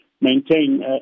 maintain